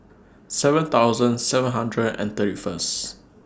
seven thousand seven hundred and thirty First